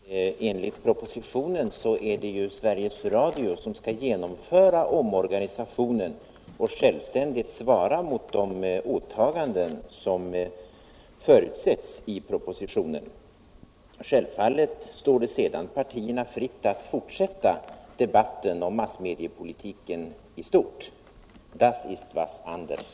Herr talman! Enligt propositionen är det Sveriges Radio som skall genomföra omorganisationen och självständigt svara mot de åtaganden som förutsätts i propositionen. Självfallet står det sedan partierna fritt att fortsätta debatten om massmediepolitiken i stort. ”Das ist etwas Anders.”